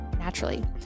Naturally